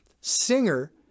singer